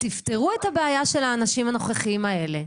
תפתרו את הבעיה של האנשים הנוכחיים האלה.